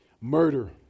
Murder